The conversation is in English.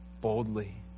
boldly